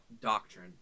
doctrine